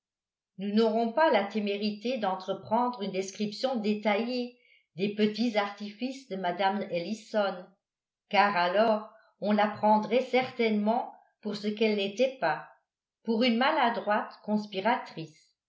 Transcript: nous n'aurons pas la témérité d'entreprendre une description détaillée des petits artifices de mme ellison car alors on la prendrait certainement pour ce qu'elle n'était pas pour une maladroite